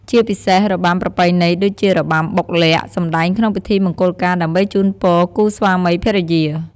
ជាពិសេសរបាំប្រពៃណីដូចជារបាំបុកល័ក្ដ សម្ដែងក្នុងពិធីមង្គលការដើម្បីជូនពរគូស្វាមីភរិយា។